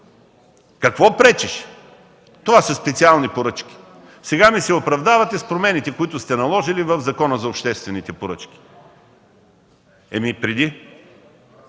Какво пречеше? Това са специални поръчки. Сега ми се оправдавате с промените, които сте наложили в Закона за обществените поръчки. (Реплики